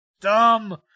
dumb